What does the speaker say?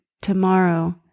tomorrow